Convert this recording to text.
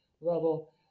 level